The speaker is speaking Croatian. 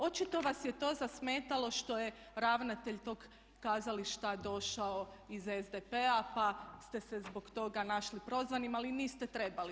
Očito vas je to zasmetalo što je ravnatelj tog kazališta došao iz SDP-a pa ste se zbog toga našli prozvanim, ali niste trebali.